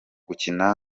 gukina